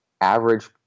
average